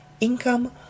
income